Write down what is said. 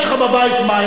יש לך בבית מים,